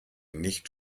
nicht